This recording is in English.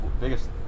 biggest